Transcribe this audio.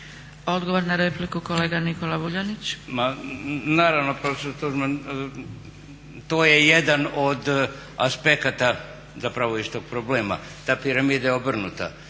Vuljanić. **Vuljanić, Nikola (Nezavisni)** Naravno, to je jedan od aspekata zapravo istog problema. Ta piramida je obrnuta.